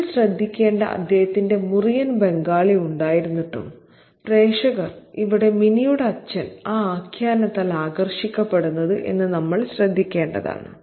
നമ്മൾ ശ്രദ്ധിക്കേണ്ട അദ്ദേഹത്തിന്റെ മുറിയൻ ബംഗാളി ഉണ്ടായിരുന്നിട്ടും പ്രേക്ഷകർ ഇവിടെ മിനിയുടെ അച്ഛൻ ആ ആഖ്യാനത്താൽ ആകർഷിക്കപ്പെടുന്നു എന്നത് നമ്മൾ ശ്രദ്ധിക്കേണ്ടതാണ്